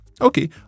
Okay